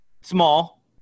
small